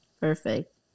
Perfect